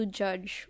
judge